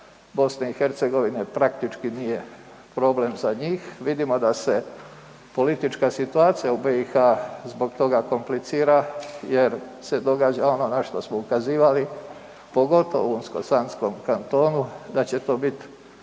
granica BiH-a praktički nije problem za njih, vidimo da se politička situacija u BiH-u zbog toga komplicira jer se događa ono na što smo ukazivali, pogotovo u unsko-sanskom kantonu, da će to bit